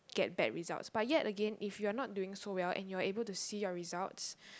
get bad results but yet again if you're not doing so well and you're able to see your results